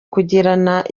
kugirana